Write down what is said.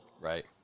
Right